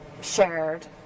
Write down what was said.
shared